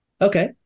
Okay